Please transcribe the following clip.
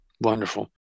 Wonderful